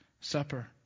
Supper